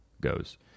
goes